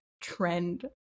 trend